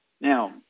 Now